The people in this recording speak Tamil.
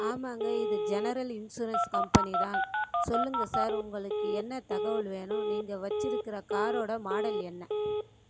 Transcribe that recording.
ஆமாங்க இது ஜெனரல் இன்சூரன்ஸ் கம்பெனி தான் சொல்லுங்கள் சார் உங்களுக்கு என்ன தகவல் வேணும் நீங்கள் வச்சிருக்கிற காரோடய மாடல் என்ன